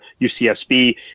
UCSB